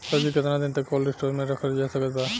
सब्जी केतना दिन तक कोल्ड स्टोर मे रखल जा सकत बा?